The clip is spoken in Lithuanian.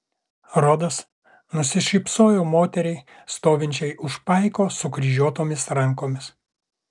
rodas nusišypsojo moteriai stovinčiai už paiko sukryžiuotomis rankomis